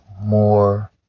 more